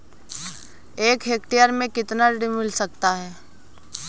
एक हेक्टेयर में कितना ऋण मिल सकता है?